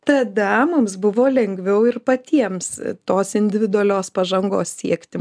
tada mums buvo lengviau ir patiems tos individualios pažangos siekti